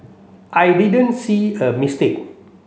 I didn't see a mistake